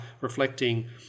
reflecting